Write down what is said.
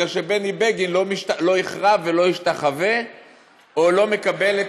כי בני בגין לא יכרע ולא ישתחווה או לא מקבל את